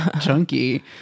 chunky